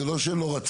זה לא שהם לא רצו,